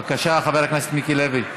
בבקשה, חבר הכנסת מיקי לוי.